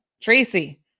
Tracy